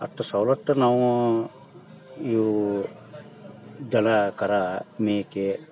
ಅಷ್ಟು ಸವ್ಲತ್ತು ನಾವು ಇವು ದನ ಕರು ಮೇಕೆ